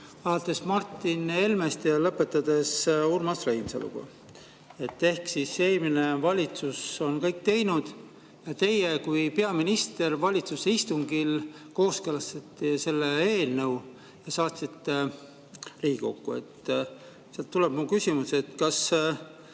alates Martin Helmest ja lõpetades Urmas Reinsaluga ehk et eelmine valitsus on kõik teinud. Teie kui peaminister valitsuse istungil kooskõlastasite selle eelnõu ja saatsite Riigikokku. Sealt tuleb mu küsimus: kas